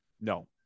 No